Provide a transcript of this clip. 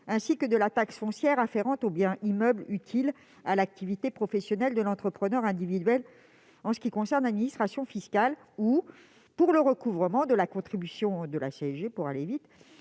ainsi que de la taxe foncière afférente aux biens immeubles utiles à l'activité professionnelle de l'entrepreneur individuel en ce qui concerne l'administration fiscale. C'était également le cas pour le recouvrement de la contribution sociale sur les